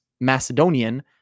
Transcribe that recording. Macedonian